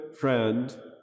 friend